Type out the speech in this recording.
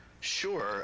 Sure